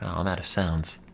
um that sounds